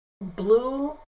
blue